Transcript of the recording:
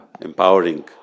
empowering